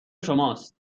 شماست